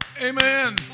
amen